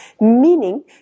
Meaning